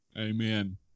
Amen